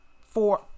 four